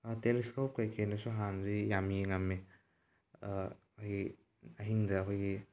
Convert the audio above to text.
telescope ꯀꯩꯀꯩꯅꯁꯨ ꯍꯥꯟꯅꯗꯤ ꯌꯥꯝ ꯌꯦꯡꯉꯝꯃꯦ ꯑꯩꯈꯣꯏꯒꯤ ꯑꯍꯤꯡꯗ ꯑꯩꯈꯣꯏꯒꯤ